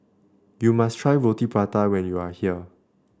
you must try Roti Prata when you are here